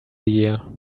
year